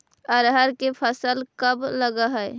अरहर के फसल कब लग है?